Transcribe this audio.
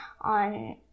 on